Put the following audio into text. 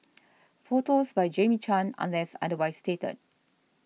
photos by Jamie Chan unless otherwise stated